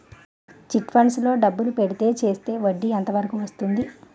Chit funds లో డబ్బులు పెడితే చేస్తే వడ్డీ ఎంత వరకు వస్తుంది?